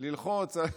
ללחוץ על,